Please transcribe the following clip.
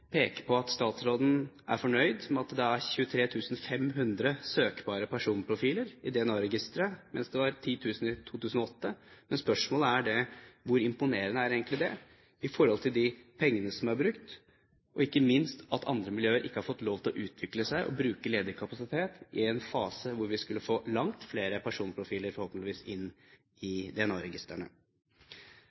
på at statsråden er fornøyd med at det er 23 500 søkbare personprofiler i DNA-registeret, mens det var 10 000 i 2008. Men spørsmålet er: Hvor imponerende er egentlig det i forhold til de pengene som er brukt, og ikke minst at andre miljøer ikke har fått lov til å utvikle seg og bruke ledig kapasitet, i en fase hvor vi skulle få langt flere personprofiler, forhåpentligvis, inn i